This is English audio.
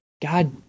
God